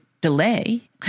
delay